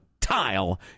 tile